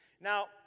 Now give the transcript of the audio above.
Now